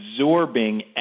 absorbing